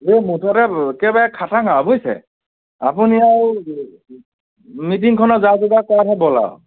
এই মুঠতে একেবাৰে খাটাং আৰু বুজিছে আপুনি আৰু মিটিংখনৰ যা যোগাৰ কৰাতহে বল আৰু